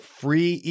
free